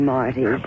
Marty